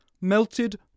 Melted